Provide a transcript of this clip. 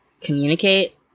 communicate